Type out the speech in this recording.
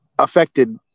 affected